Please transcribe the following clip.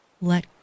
let